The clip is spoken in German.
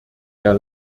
der